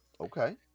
Okay